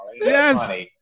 Yes